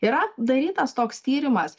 yra darytas toks tyrimas